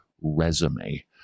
resume